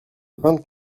vingt